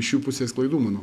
iš jų pusės klaidų manau